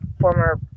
former